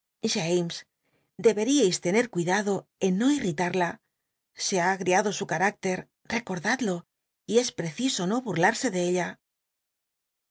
deberíais tener cuidado en no irtit aeácter recotdadlo y es prela se ha agl'iado su car ciso no burlarse de ella